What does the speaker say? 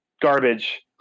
garbage